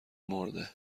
مرده